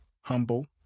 Humble